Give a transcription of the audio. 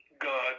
god